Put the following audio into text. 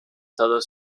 todos